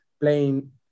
playing